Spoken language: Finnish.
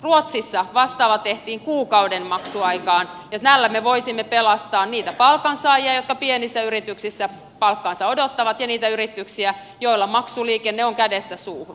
ruotsissa vastaava tehtiin kuukauden maksuaikaan ja tällä me voisimme pelastaa niitä palkansaajia jotka pienissä yrityksissä palkkaansa odottavat ja niitä yrityksiä joilla maksuliikenne on kädestä suuhun